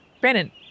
Brandon